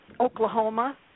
Oklahoma